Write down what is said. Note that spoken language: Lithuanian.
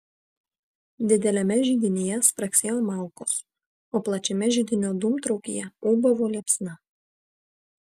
dideliame židinyje spragsėjo malkos o plačiame židinio dūmtraukyje ūbavo liepsna